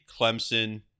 Clemson